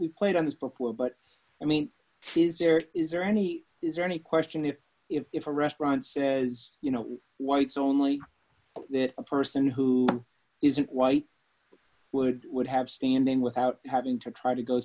we played on this before but i mean is there is there any is there any question if if if for restaurants as you know whites only a person who isn't white would would have standing without having to try to go